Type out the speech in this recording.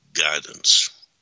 guidance